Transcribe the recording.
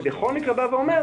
בכל מקרה אני אומר,